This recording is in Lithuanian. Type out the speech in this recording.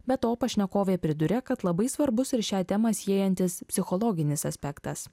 be to pašnekovė priduria kad labai svarbus ir šią temą siejantis psichologinis aspektas